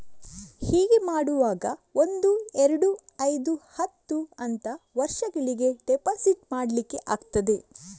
ಹೀಗೆ ಮಾಡುವಾಗ ಒಂದು, ಎರಡು, ಐದು, ಹತ್ತು ಅಂತ ವರ್ಷಗಳಿಗೆ ಡೆಪಾಸಿಟ್ ಮಾಡ್ಲಿಕ್ಕೆ ಆಗ್ತದೆ